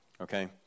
okay